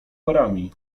parami